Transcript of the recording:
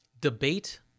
debate